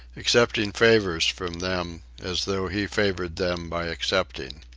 accepting favors from them as though he favored them by accepting.